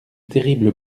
terrible